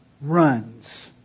runs